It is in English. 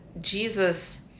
Jesus